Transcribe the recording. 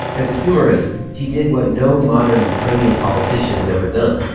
as a humorist, he did what no modern ukrainian politician has ever done.